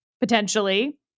potentially